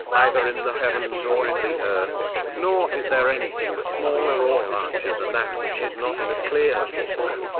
either in the heavens or in the earth nor is there anything smaller or larger than that which is not in a clear book.